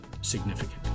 significant